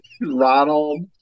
Ronald